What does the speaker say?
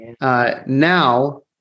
Now